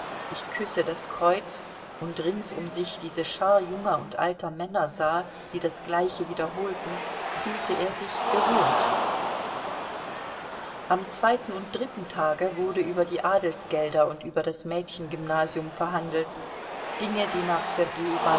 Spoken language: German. ich küsse das kreuz und rings um sich diese schar junger und alter männer sah die das gleiche wiederholten fühlte er sich gerührt am zweiten und dritten tage wurde über die adelsgelder und über das mädchengymnasium verhandelt dinge die nach sergei